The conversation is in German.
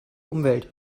umwelt